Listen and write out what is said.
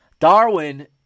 Darwin